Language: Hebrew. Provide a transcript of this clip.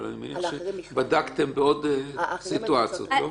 אני מניח שבדקתם בעוד סיטואציות, לא?